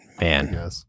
man